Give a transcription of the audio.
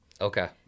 Okay